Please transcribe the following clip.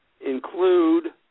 include